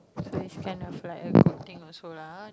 so it kind of like a good thing also lah [huh]